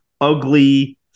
ugly